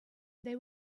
they